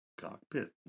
Cockpit